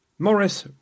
Morris